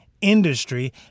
Industry